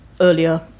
earlier